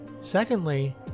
Secondly